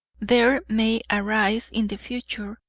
there may arise in the future,